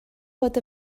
bod